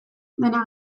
dena